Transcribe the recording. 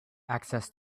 access